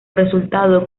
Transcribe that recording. resultado